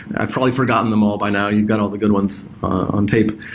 i probably forgotten them all by now. you've got all the good ones on tape.